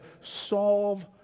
solve